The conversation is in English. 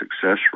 success